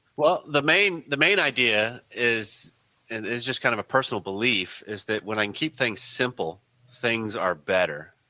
well the main the main idea is and is just kind of a personal belief, is that when i keep things simple things are better.